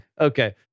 Okay